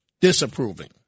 disapproving